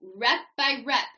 rep-by-rep